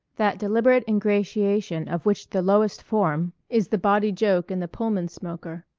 that deliberate ingratiation of which the lowest form is the bawdy joke in the pullman smoker.